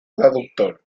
traductor